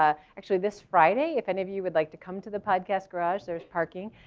ah actually this friday, if any of you would like to come to the podcast, garage, there's parking.